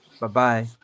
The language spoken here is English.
Bye-bye